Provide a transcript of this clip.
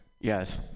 Yes